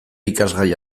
ikasgai